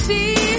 See